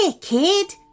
kid